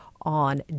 on